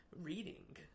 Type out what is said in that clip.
reading